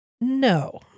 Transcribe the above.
No